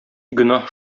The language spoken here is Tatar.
гөнаһ